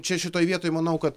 čia šitoj vietoj manau kad